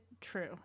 true